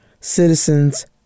citizens